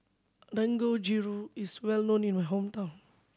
dangojiru is well known in my hometown